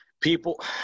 people